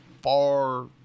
far